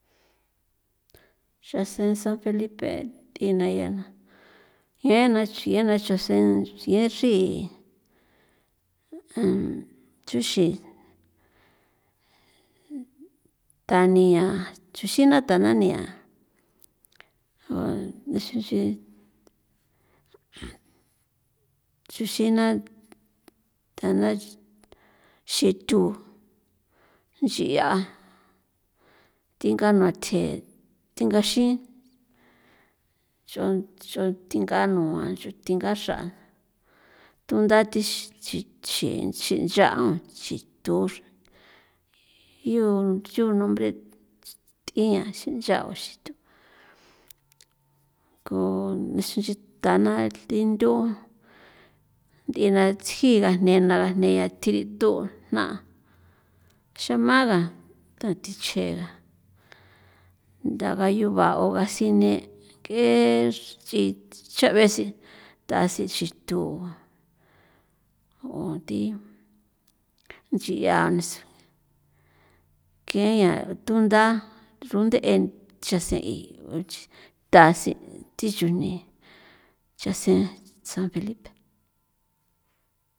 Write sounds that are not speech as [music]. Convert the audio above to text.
Xan sen san felipe th'ina yana iena x'iena chusena si exi [hesitation] chuxi thania chuxina thanania o nexinxi [noise] xuxina thana xithu nchi'a thinganathje thengaxin nch'o nch'on thinga nua nch'o thingaxra'a thundathi xi xi xi xincha'on xithuxre yu nsu nombre' th'ian xincha'on xithu [noise] ko nexin nchi thana thendu nd'ina tsjigajne na gajne ya thirithu jna' [noise] xamaga thati chjega ndaga yubao asine ke xi cha'besi thasi chithu'u [noise] o thi nchi 'ianesi [noise] ke ya thunda runde'e chasen' i thasi thi chujni chasen san felipe. [noise]